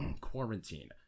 quarantine